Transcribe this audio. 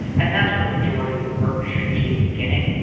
and that's where the majority of the work should be in the beginning.